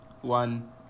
One